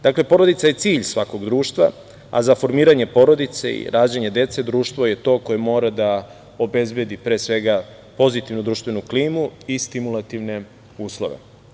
Dakle, porodica je cilj svakog društva, a za formiranje porodice i rađanje dece društvo je to koje mora da obezbedi pozitivnu društvenu klimu i stimulativne uslove.